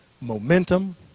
momentum